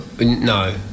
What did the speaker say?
No